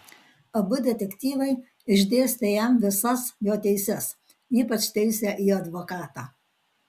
abu detektyvai išdėstė jam visas jo teises ypač teisę į advokatą